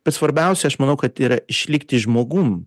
bet svarbiausia aš manau kad yra išlikti žmogum